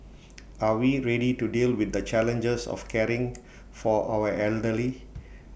are we ready to deal with the challenges of caring for our elderly